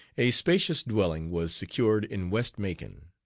a spacious dwelling was secured in west macon.